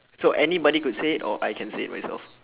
so anybody could say it or I can say it myself